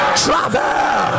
travel